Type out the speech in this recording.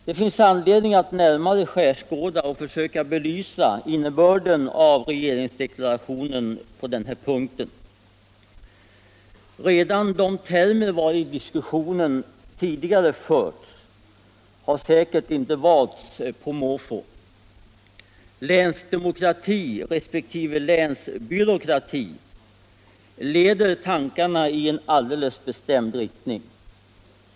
Det finns anledning att närmare skärskåda och försöka belysa innebörden av regeringsdeklarationen på denna punkt. Redan de termer vari diskussionen tidigare förts har säkerligen inte valts på måfå. Länsdemokrati resp. länsbyråkrati leder tankarna i en alldeles bestämd riktning.